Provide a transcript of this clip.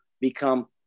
become